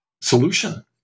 solution